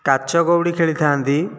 କାଚ କଉଡ଼ି ଖେଳିଥାନ୍ତି